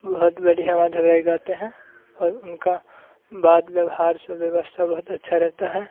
बहुत बढ़िया माधव राय गाते हैं और उनका बात व्यवहार सब व्यवस्था बहुत अच्छा रहता है